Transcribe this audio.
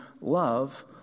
love